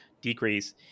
decrease